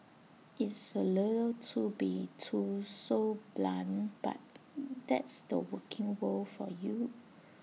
it's A little to be too so blunt but that's the working world for you